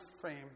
frame